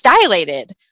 dilated